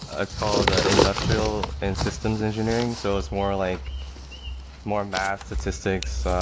ah it's called the industrial and systems engineering. so it's more like more math, statistics,